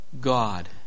God